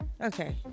Okay